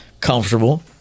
comfortable